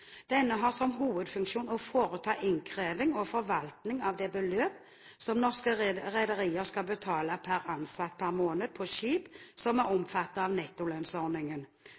forvaltning av det beløp som norske rederier skal betale per ansatt per måned på skip som er omfattet av